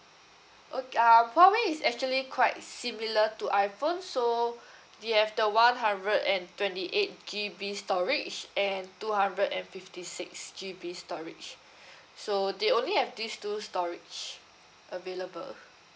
ok~ ah huawei is actually quite similar to iphone so you have the one hundred and twenty eight G_B storage and two hundred and fifty six G_B storage so they only have these two storage available